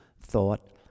Thought